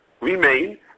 remain